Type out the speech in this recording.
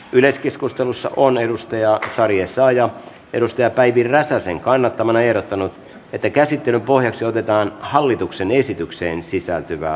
yleiskeskustelussa on sari essayah päivi räsäsen kannattamana ehdottanut että käsittelyn pohjaksi otetaan hallituksen esitykseen sisältyvä